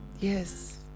yes